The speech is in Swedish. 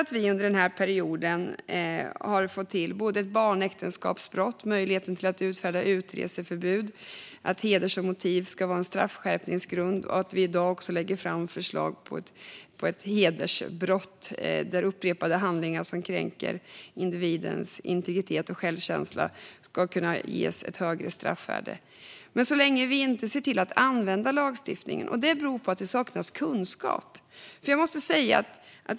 Vi har under den här perioden fått till ett barnäktenskapsbrott, möjligheten att utfärda utreseförbud och att hedersmotiv ska vara en straffskärpningsgrund. Vi lägger i dag fram förslag om ett hedersbrott där upprepade handlingar som kränker individens integritet och självkänsla ska kunna ge ett högre straffvärde. Men vi ser inte till att använda lagstiftningen. Det beror på att det saknas kunskap.